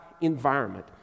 environment